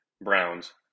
Browns